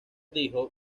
dijo